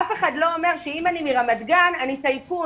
אף אחד לא אומר שאם אני מרמת גן אני טייקון.